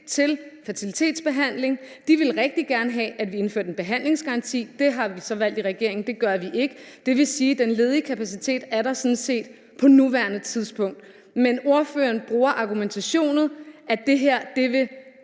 til fertilitetsbehandling. De ville rigtig gerne have, at vi indførte en behandlingsgaranti. Der har vi i regeringen så valgt at sige, at det gør vi ikke. Det vil sige, at den ledige kapacitet er der sådan set på nuværende tidspunkt, men ordføreren bruger argumentationen med, at det her vil